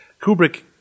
Kubrick